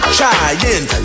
trying